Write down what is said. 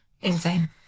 insane